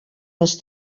les